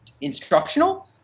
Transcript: instructional –